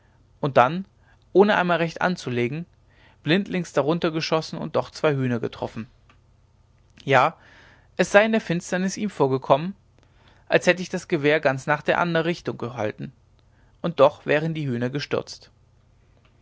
und dann ohne einmal recht anzulegen blindlings drunter geschossen und doch zwei hühner getroffen ja es sei in der finsternis ihm vorgekommen als hätte ich das gewehr ganz nach anderer richtung hingehalten und doch wären die hühner gestürzt